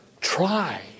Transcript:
try